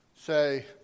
say